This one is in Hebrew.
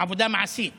עבודה מעשית